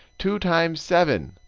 two times seven,